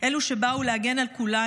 אלה שבאו להגן על כולנו?